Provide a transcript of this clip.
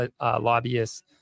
lobbyists